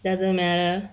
doesn't matter